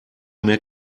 mehr